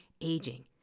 aging